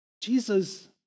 Jesus